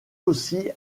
aussi